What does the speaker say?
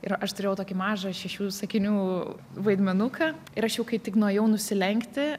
ir aš turėjau tokį mažą šešių sakinių vaidmenuką ir aš jau kai tik nuėjau nusilenkti